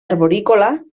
arborícola